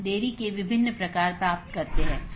तो यह पूरी तरह से मेष कनेक्शन है